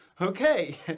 okay